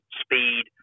speed